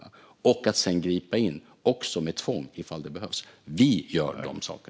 Sedan ska man också kunna gripa in, också med tvång, ifall det behövs. Vi gör dessa saker.